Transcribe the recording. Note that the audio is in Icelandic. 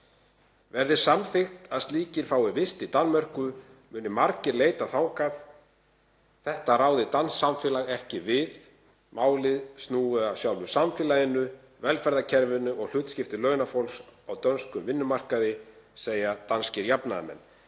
Verði samþykkt að slíkir fái vist í Danmörku muni margir leita þangað. Þetta ráði danskt samfélag ekki við, málið snúi að sjálfu samfélaginu, velferðarkerfinu og hlutskipti launafólks á dönskum vinnumarkaði, segja danskir jafnaðarmenn.